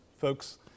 folks